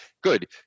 good